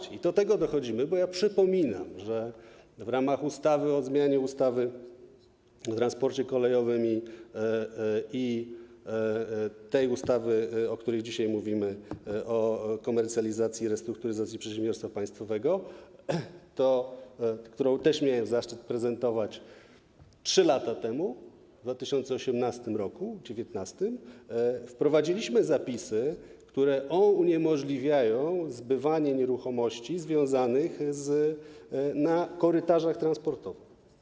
I do tego dochodzimy, bo przypominam, że w ramach ustawy o zmianie ustawy o transporcie kolejowym i tej ustawy, o której dzisiaj mówimy, o komercjalizacji i restrukturyzacji przedsiębiorstwa państwowego, którą też miałem zaszczyt prezentować 3 lata temu, w 2018 r., w 2019 r., wprowadziliśmy zapisy, które uniemożliwiają zbywanie nieruchomości związanych z... w korytarzach transportowych.